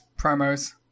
promos